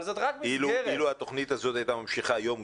אילו התוכנית הזו הייתה ממשיכה היום,